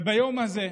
ביום הזה אנחנו,